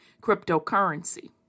cryptocurrency